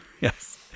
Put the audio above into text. Yes